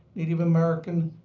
native american,